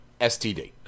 STD